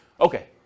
Okay